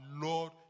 Lord